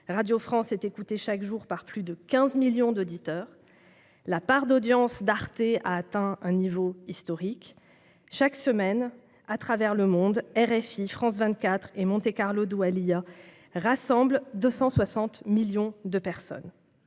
Radio France est écoutée chaque jour par plus de 15 millions d'auditeurs ; la part d'audience d'Arte a atteint un niveau historique ; chaque semaine, à travers le monde, Radio France internationale (RFI), France 24 et Monte-Carlo Doualiya rassemblent 260 millions de personnes.